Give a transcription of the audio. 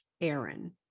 Aaron